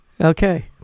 Okay